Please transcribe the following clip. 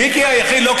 לא,